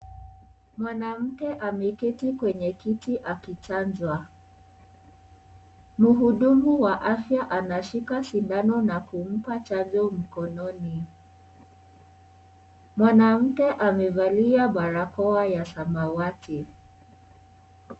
Mwanamke ameketi kwenye kiti akichanjwa. Muhudumu wa afya anashika sindano na kumpa chanjo mkononi. Mwanamke amevalia barakoa ya samawati